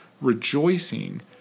rejoicing